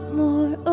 more